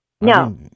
No